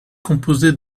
composée